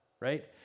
right